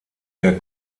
der